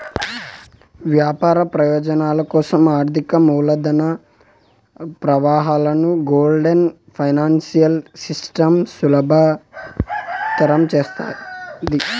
వ్యాపార ప్రయోజనాల కోసం ఆర్థిక మూలధన ప్రవాహాలను గ్లోబల్ ఫైనాన్సియల్ సిస్టమ్ సులభతరం చేస్తాది